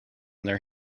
there